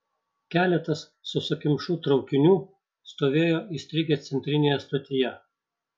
keletas sausakimšų traukinių stovėjo įstrigę centrinėje stotyje